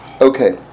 Okay